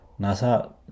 Nasa